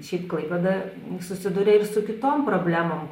šiaip klaipėda susiduria ir su kitom problemom